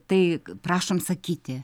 tai prašom sakyti